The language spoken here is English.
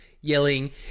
yelling